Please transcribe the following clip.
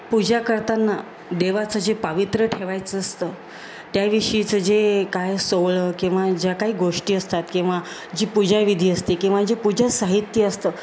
पूजा करताना देवाचं जे पावित्र्य ठेवायचं असतं त्याविषयीचं जे काय सोवळं किंवा ज्या काही गोष्टी असतात किंवा जी पूजा विधी असते किंवा जी पूजा साहित्य असतं